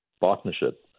partnership